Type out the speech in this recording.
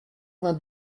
vingt